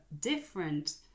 different